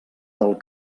del